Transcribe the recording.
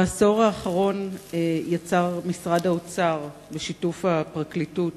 בעשור האחרון יצר משרד האוצר, בשיתוף הפרקליטות,